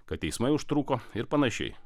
kad teismai užtruko ir panašiai